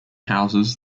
houses